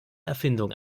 erfindung